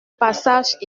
passage